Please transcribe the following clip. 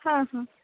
ହଁ ହଁ